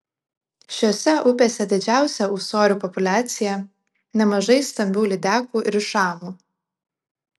šiose upėse didžiausia ūsorių populiacija nemažai stambių lydekų ir šamų